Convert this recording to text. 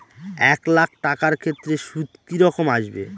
এক লাখ টাকার ক্ষেত্রে সুদ কি রকম আসবে?